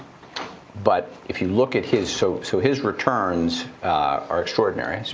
but if you look at his so so his returns are extraordinary.